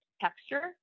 texture